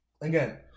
again